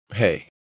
Hey